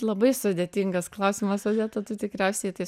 labai sudėtingas klausimas odeta tu tikriausiai tai